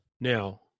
Now